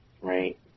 Right